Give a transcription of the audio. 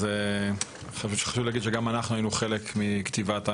אז חשוב לי להגיד שגם אנחנו היינו חלק מכתיבת המדריך.